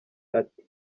ati